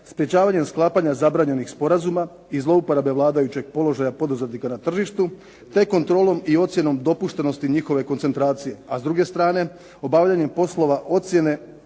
sprečavanjem sklapanja zabranjenih sporazuma i zlouporabe vladajućeg položaja poduzetnika na tržištu te kontrolom i ocjenom dopuštenosti njihove koncentracije, a s druge strane obavljanjem poslova ocjene